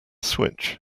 switch